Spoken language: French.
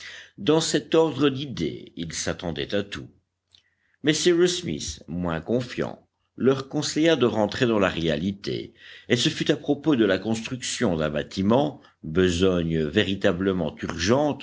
dans cet ordre d'idées ils s'attendaient à tout mais cyrus smith moins confiant leur conseilla de rentrer dans la réalité et ce fut à propos de la construction d'un bâtiment besogne véritablement urgente